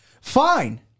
Fine